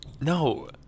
No